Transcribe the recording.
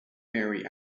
mary